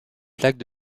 plaque